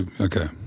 Okay